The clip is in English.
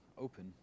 open